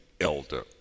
elder